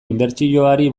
inbertsioari